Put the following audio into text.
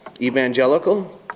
Evangelical